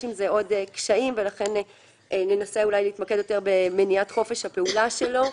יש עם זה עוד קשיים ולכן ננסה להתמקד אולי יותר במניעת חופש הפעולה שלו.